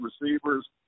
receivers